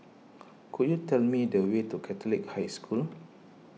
could you tell me the way to Catholic High School